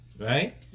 Right